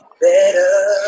better